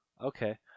okay